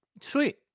Sweet